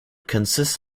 consists